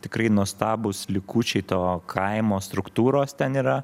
tikrai nuostabūs likučiai to kaimo struktūros ten yra